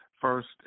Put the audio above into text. first